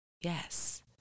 Yes